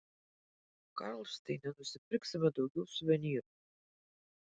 karlšteine nusipirksime daugiau suvenyrų